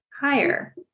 higher